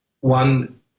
one